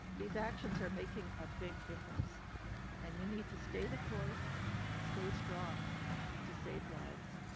these actions are making a big difference and you need to stay the course and stay strong to save lives.